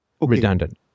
redundant